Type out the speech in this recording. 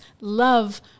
love